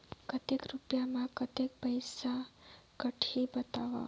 कतेक रुपिया मे कतेक रुपिया कटही बताव?